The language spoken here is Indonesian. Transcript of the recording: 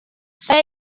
saya